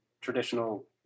traditional